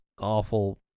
awful